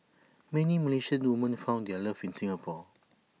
many Malaysian woman found their love in Singapore